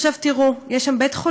עכשיו תראו, יש שם בית-חולים,